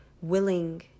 willing